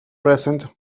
present